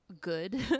good